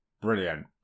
brilliant